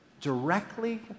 directly